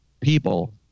people